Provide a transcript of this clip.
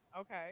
Okay